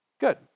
Good